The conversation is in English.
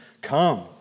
come